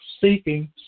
seeking